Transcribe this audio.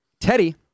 Teddy